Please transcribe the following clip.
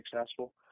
successful